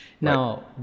now